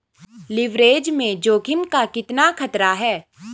Leverage में जोखिम का कितना खतरा है?